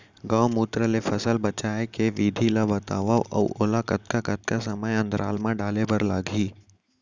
गौमूत्र ले फसल बचाए के विधि ला बतावव अऊ ओला कतका कतका समय अंतराल मा डाले बर लागही?